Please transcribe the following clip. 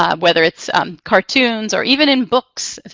um whether it's cartoons or even in books,